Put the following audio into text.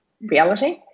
reality